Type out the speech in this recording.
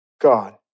God